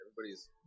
everybody's